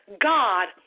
God